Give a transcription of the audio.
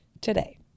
today